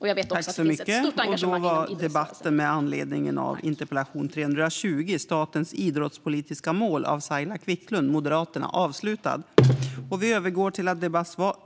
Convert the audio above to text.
Jag vet också att det finns ett stort engagemang inom idrottsrörelsen.